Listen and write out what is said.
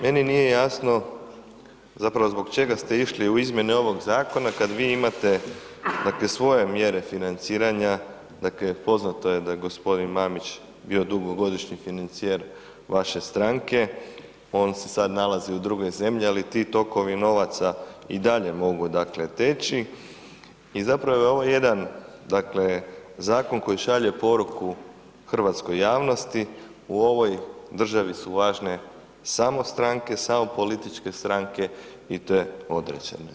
Meni nije jasno zapravo zbog čega ste išli u izmjene ovog zakona kad vi imate svoje mjere financiranja dakle poznato je da g. Mamić bio je dugogodišnji financijer vaše stranke, on se sad nalazi u drugoj zemlji ali ti tokovi novaca i dalje mogu dakle teći i zapravo je ovo jedan dakle zakon koji šalje poruku hrvatskoj javnosti, u ovoj državi su važne samo stranke, samo političke stranke i to određene.